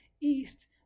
east